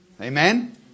Amen